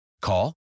Call